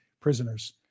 prisoners